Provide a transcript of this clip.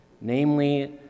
namely